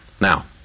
Now